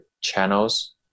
channels